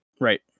Right